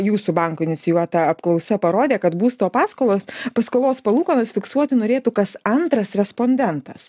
jūsų banko inicijuota apklausa parodė kad būsto paskolas paskolos palūkanas fiksuoti norėtų kas antras respondentas